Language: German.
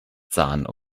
zahn